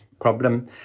problem